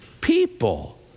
people